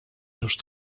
seus